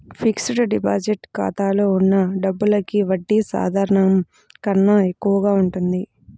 fixed deposit ఖాతాలో ఉన్న డబ్బులకి వడ్డీ సాధారణం కన్నా ఎక్కువగా ఉంటుంది